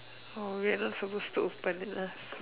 oh wait we are not supposed to open it lah